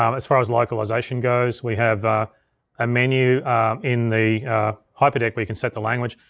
um as far as localization goes, we have a ah menu in the hyperdeck where you can set the language.